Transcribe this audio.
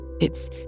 It's